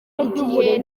igihe